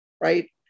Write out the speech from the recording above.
right